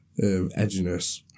edginess